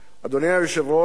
אדוני היושב-ראש,